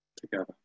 together